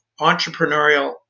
entrepreneurial